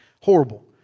Horrible